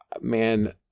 Man